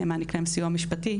מעניק להן סיוע משפטי,